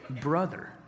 brother